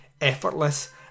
effortless